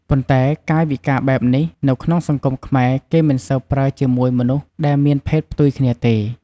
ប៉ុន្តែកាយវិការបែបនេះ នៅក្នុងសង្គមខ្មែរគេមិនសូវប្រើជាមួយមនុស្សដែរមានភេទផ្ទុយគ្នាទេ។